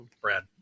Brad